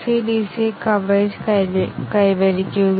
നമുക്ക് ഈ ഐടെറേഷൻ നോക്കാം